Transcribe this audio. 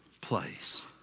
place